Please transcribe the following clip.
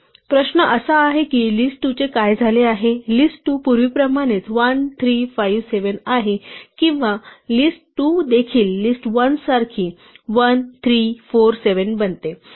प्रश्न असा आहे की list 2 चे काय झाले आहे list 2 पूर्वीप्रमाणेच 1 3 5 7 आहे किंवा list 2 देखील list 1 सारखी 1 3 4 7 बनते